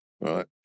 right